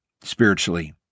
spiritually